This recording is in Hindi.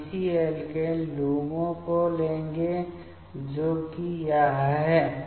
हम इसी एल्केन LUMO को लेंगे जो कि यह है